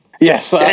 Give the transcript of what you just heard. Yes